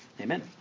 amen